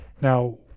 Now